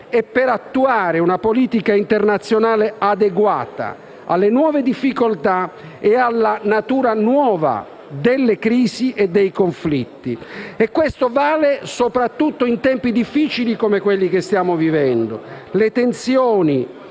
e per attuare una politica internazionale adeguata alle nuove difficoltà e alla natura nuova delle crisi e dei conflitti. Questo vale soprattutto in tempi difficili come quelli che stiamo vivendo. Le tensioni